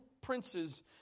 princes